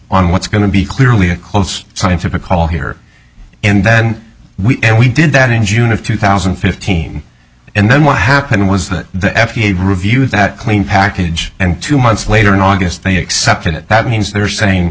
on what's going to be clearly a close it took a call here and then we and we did that in june of two thousand and fifteen and then what happened was that the f d a reviewed that clean package and two months later in august they accepted it that means they're saying